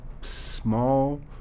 small